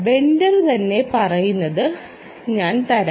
vendor തന്നെ പറയുന്നത് ഞാൻ തരാം